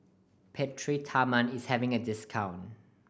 Peptamen is having a discount